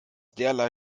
derlei